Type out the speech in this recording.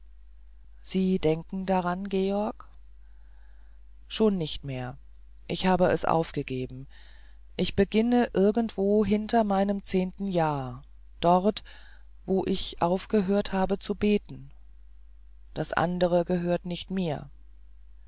sie denken daran georg schon nicht mehr ich habe es aufgegeben ich beginne irgendwo hinter meinem zehnten jahr dort wo ich aufgehört habe zu beten das andere gehört nicht mir